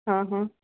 हा हा